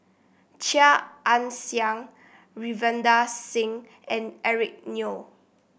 Chia Ann Siang Ravinder Singh and Eric Neo